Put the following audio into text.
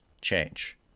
change